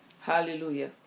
hallelujah